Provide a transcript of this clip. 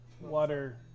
water